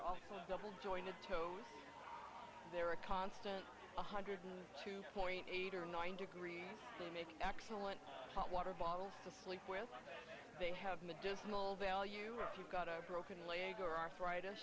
double jointed toes they're a constant one hundred two point eight or nine degree they make excellent hot water bottles to sleep with they have medicinal value or if you've got a broken leg or arthritis